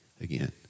again